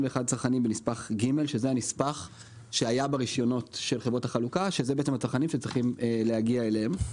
הנספח שהיה ברשיונות של חברות החלוקה שזה הצרכנים שצריכים להגיע אליהם.